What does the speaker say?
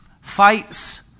fights